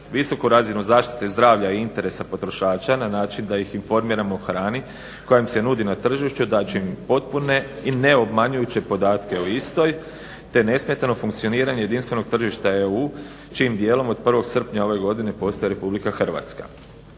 visoku razinu zaštite zdravlja i interesa potrošača na način da ih informiramo o hrani koja im se nudi na tržištu, dat će im potpune i neobmanjujuće podatke o istoj, te nesmetano funkcioniranje jedinstvenog tržišta EU čijim dijelom od 1. srpnja ove godine postaje Republika Hrvatska.